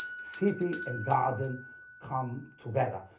city and garden come together.